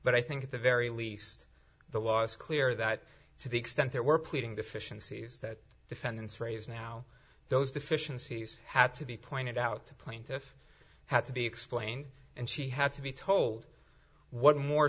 but i think at the very least the law's clear that to the extent there were pleading deficiencies that defendants raise now those deficiencies had to be pointed out to plaintiff had to be explained and she had to be told what more